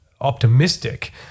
optimistic